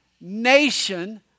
nation